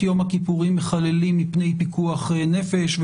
יום הכיפורים מחללים מפני פיקוח נפש,